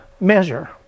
measure